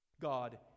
God